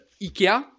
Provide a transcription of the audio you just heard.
IKEA